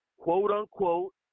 quote-unquote